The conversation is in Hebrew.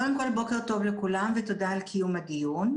קודם כול, בוקר טוב לכולם ותודה על קיום הדיון.